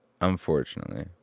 unfortunately